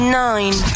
nine